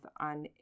on